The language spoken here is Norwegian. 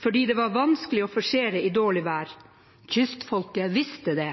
fordi det var vanskelig å forsere i dårlig vær. Kystfolket visste det.